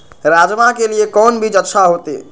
राजमा के लिए कोन बीज अच्छा होते?